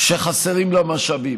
שחסרים לה משאבים.